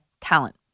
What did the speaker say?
talent